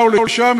באו לשם,